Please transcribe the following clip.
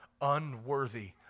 unworthy